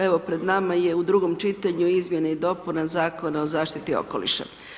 Evo pred nama je u drugom čitanju izmjene i dopuna Zakona o zaštiti okoliša.